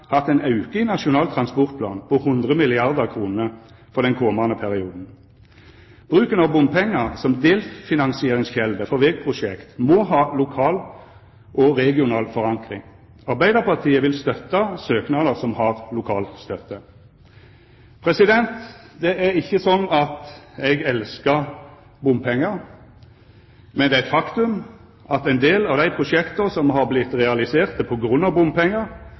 hatt ein auke i Nasjonal transportplan på 100 milliardar kr for den komande perioden. Bruken av bompengar som delfinansieringskjelde for vegprosjekt må ha lokal og regional forankring. Arbeidarpartiet vil støtta søknader som har lokal støtte. Det er ikkje sånn at eg elskar bompengar, men det er eit faktum at ein del av dei prosjekta som har vorte realiserte på grunn av bompengar,